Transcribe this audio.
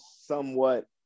somewhat